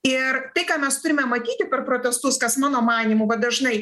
ir tai ką mes turime matyti per protestus kas mano manymu dažnai